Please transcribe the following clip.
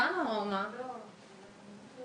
מאחורה על גבי